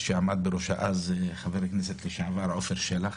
בראשות חבר הכנסת לשעבר עפר שלח,